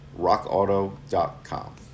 Rockauto.com